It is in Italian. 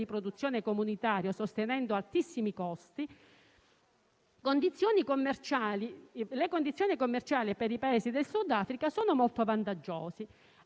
di produzione comunitario sostenendo altissimi costi, le condizioni commerciali per i Paesi del Sudafrica sono molto vantaggiose,